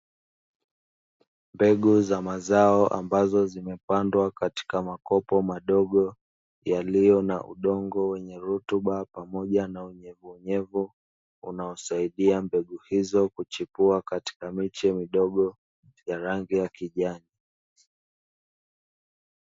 Mbegu za mazao ambazo zimepandwa katika makopo madogo yaliyo na udongo wenye rutuba pamoja na unyevuunyevu, unaosaidia mbegu hizo kuchipua katika miche midogo yenye rangi ya kijani.